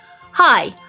Hi